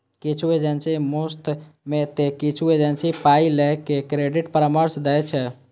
किछु एजेंसी मुफ्त मे तं किछु एजेंसी पाइ लए के क्रेडिट परामर्श दै छै